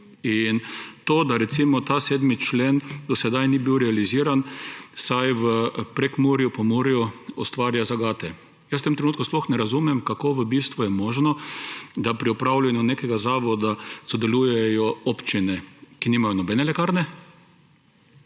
To, da recimo ta 7. člen do sedaj ni bil realiziran, saj v Prekmurju, Pomurju ustvarja zagate. Jaz v tem trenutku sploh ne razumem, kako je v bistvu možno, da pri upravljanju nekega zavoda sodelujejo občine, ki nimajo nobene lekarne.